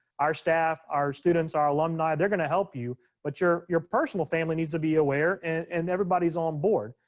our staff, our students, our alumni, they're gonna help you, but your your personal family needs to be aware and everybody's on board.